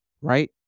right